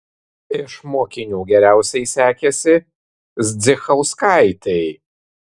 iš mokinių geriausiai sekėsi zdzichauskaitei